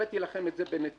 הראיתי לכם את זה בנתונים.